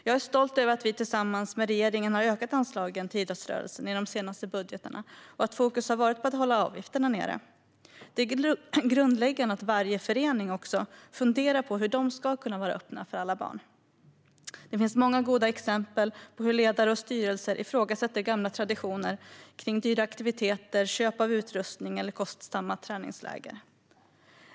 Jag är stolt över att vi tillsammans med regeringen har ökat anslagen till idrottsrörelsen i de senaste budgetarna och att fokus har varit på att hålla avgifterna nere. Det är grundläggande att varje förening funderar på hur de ska kunna vara öppna för alla barn. Det finns många goda exempel på hur ledare och styrelser ifrågasatt gamla traditioner kring dyra aktiviteter, köp av utrustning eller kostsamma träningsläger.